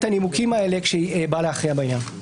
הנימוקים האלה כשהיא באה להכריע בעניין.